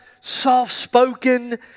soft-spoken